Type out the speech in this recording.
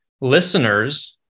listeners